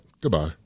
Goodbye